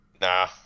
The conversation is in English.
Nah